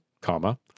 comma